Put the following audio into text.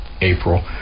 April